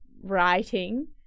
writing